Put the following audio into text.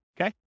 Okay